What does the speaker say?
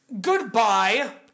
Goodbye